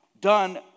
done